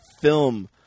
film